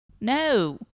No